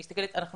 אנחנו